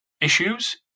issues